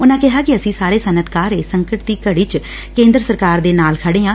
ਉਨੂਾ ਕਿਹਾ ਕਿ ਅਸੀਂ ਸਾਰੇ ਸੱਨਅਤਕਾਰ ਇਸ ਸੰਕਟ ਦੀ ਘੜੀ ਕੇਦਰ ਸਰਕਾਰ ਦੇ ਨਾਲ ਖੜ੍ਹੇ ਹਾ